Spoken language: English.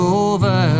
over